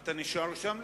אתה נשאר שם.